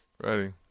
Ready